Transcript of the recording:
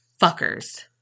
fuckers